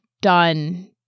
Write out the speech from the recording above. done